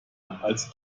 als